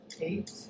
eight